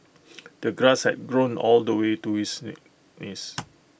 the grass had grown all the way to his knees